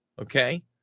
Okay